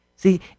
See